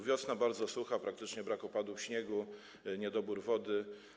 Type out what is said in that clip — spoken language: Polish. Wiosna bardzo sucha, praktycznie brak opadów śniegu, niedobór wody.